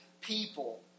people